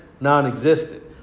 non-existent